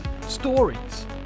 stories